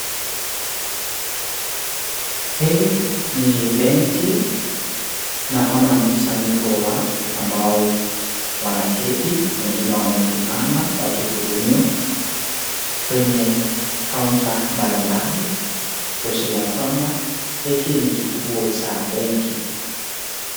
Hii ni benki, naona mkusanyiko za watu ambao wanaketi wengine wamesimama wakihudumiwa kwenye [counter] mbali mbali kuashiria kwamba hiki ni kituo cha benki.